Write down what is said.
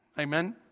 Amen